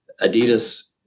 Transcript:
adidas